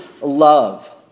love